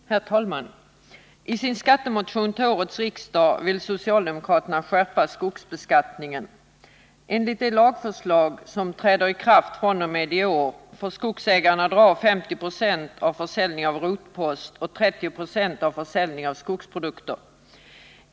Herr talman! I sin skattemotion till årets riksdag vill socialdemokraterna skärpa skogsbeskattningen. Enligt det lagförslag som trädde i kraft fr.o.m. i år får skogsägarna dra av 50 96 vid försäljning av rotpost och 30 96 av skogsprodukter.